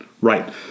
right